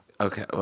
Okay